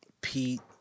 Pete